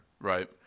Right